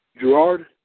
Gerard